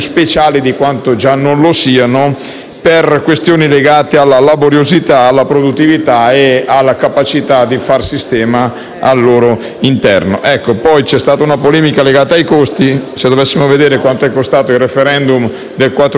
per questioni legate alla laboriosità, alla produttività e alla capacità di far sistema al loro interno. C'è stata poi una polemica legata ai costi; se dovessimo vedere quanto è costato il *referendum* del 4 dicembre, probabilmente qualche problemino